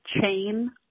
chain